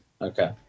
Okay